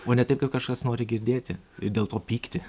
o ne taip kaip kažkas nori girdėti ir dėl to pykti